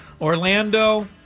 Orlando